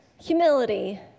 humility